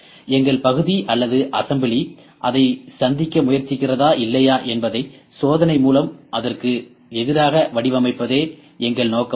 எங்கள் பகுதி அல்லது அசெம்பிளி அதை சந்திக்க முயற்சிக்கிறதா இல்லையா என்பதை சோதனை மூலம் அதற்கு எதிராக வடிவமைப்பதே எங்கள் நோக்கமாகும்